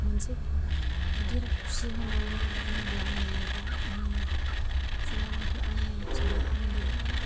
मोनसे गिदिर खुसि होननानै बुङोब्ला आंनि लाइफआव माने जेब्लानाखि आंनि फिसाला उन्दैआ